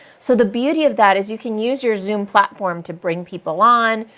so, the beauty of that is you can use your zoom platform to bring people on,